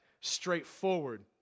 straightforward